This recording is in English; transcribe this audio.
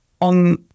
on